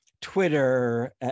Twitter